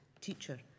Teacher